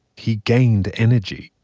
he gained energy.